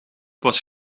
was